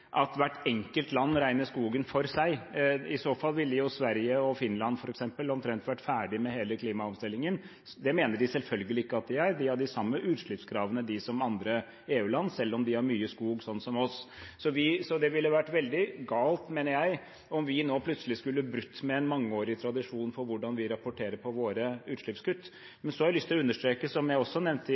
at hvert enkelt land regner skogen for seg. I så fall ville Sverige og Finland f.eks. omtrent vært ferdig med hele klimaomstillingen. Det mener de selvfølgelig ikke at de er. De har de samme utslippskravene som andre EU-land selv om de har mye skog, slik som oss. Det ville vært veldig galt, mener jeg, om vi nå plutselig skulle brutt med en mangeårig tradisjon for hvordan vi rapporterer på våre utslippskutt. Jeg har lyst til å understreke, som jeg også nevnte i